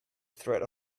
threat